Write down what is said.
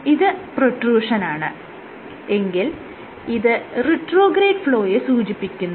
ഇത് പ്രൊട്രൂഷനാണ് എങ്കിൽ ഇത് റിട്രോഗ്രേഡ് ഫ്ലോയെ സൂചിപ്പിച്ചിക്കുന്നു